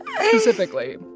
specifically